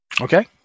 Okay